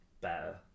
better